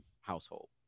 household